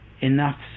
enough